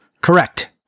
Correct